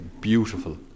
beautiful